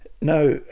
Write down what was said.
Now